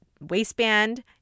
waistband